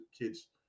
kids